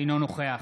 אינו נוכח